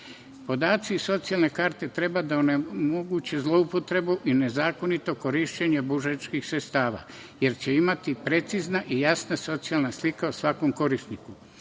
Podaci iz socijalne karte treba da onemoguće zloupotrebu i nezakonito korišćenje budžetskih sredstava, jer će postojati precizna i jasna socijalna slika o svakom korisniku.